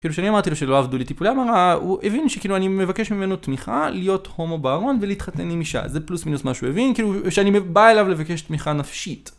כאילו, כשאני אמרתי לו שלא עבדו לי טיפולי המרה, הוא הבין שאני מבקש ממנו תמיכה, להיות הומו בארון ולהתחתן עם אישה. זה פלוס מינוס מה שהוא הבין, כאילו, שאני בא אליו לבקש תמיכה נפשית.